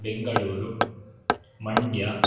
Bengaluru Mandya